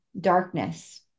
darkness